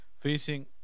facing